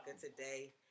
today